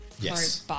Yes